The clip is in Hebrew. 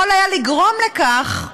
יכול היה לגרום לכך שהיינו,